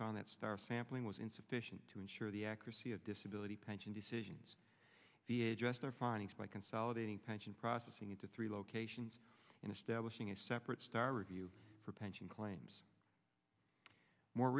found that star sampling was insufficient to ensure the accuracy of disability pension decisions or findings by consolidating pension processing into three locations in establishing a separate star review for pension claims more